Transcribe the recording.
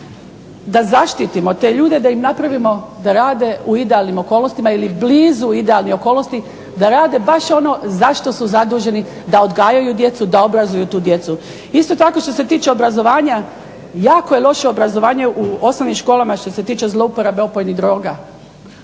da zaštitimo te ljude, da im napravimo da rade u idealnim okolnostima ili blizu idealnih okolnosti, da rade baš ono za što su zaduženi, da odgajaju djecu, da obrazuju tu djecu. Isto tako što se tiče obrazovanja jako je loše obrazovanje u osnovnim školama što se tiče zlouporabe opojnih droga.